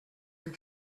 you